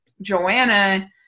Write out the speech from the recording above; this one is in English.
Joanna